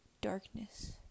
darkness